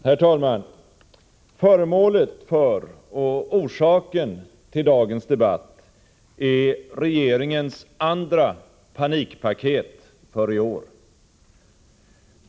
Herr talman! Föremålet för och orsaken till dagens debatt är regeringens andra panikpaket för i år.